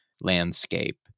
landscape